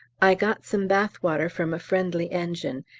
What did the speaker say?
i got some bath water from a friendly engine,